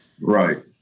Right